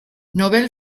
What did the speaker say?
nobel